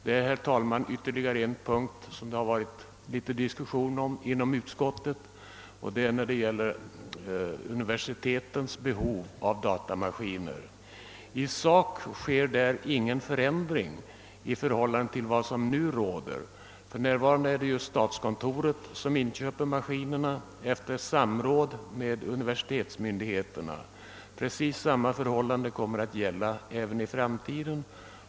Det är, herr talman, ytterligare en punkt som det har varit diskussion om inom utskottet, nämligen universitetens behov av datamaskiner. I sak kommer därvidlag ingen förändring att inträffa. För närvarande är det statskontoret som inköper datamaskinerna efter samråd med universitetsmyndigheterna. Precis samma förhållande kommer att råda även i framtiden.